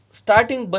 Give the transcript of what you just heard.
starting